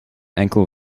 enkel